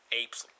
apes